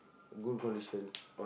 boots or the shoe